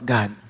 God